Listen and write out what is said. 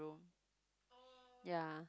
ya